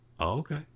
Okay